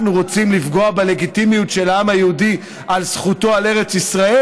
אנחנו רוצים לפגוע בלגיטימיות של העם היהודי וזכותו על ארץ ישראל?